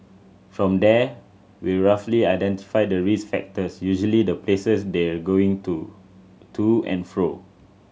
from there we roughly identify the risk factors usually the places they're going to to and fro